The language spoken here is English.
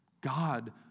God